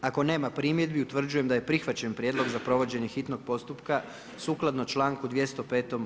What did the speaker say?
Ako nema primjedbi, utvrđujem da je prihvaćen prijedlog za provođenje hitnog postupka sukladno članku 205.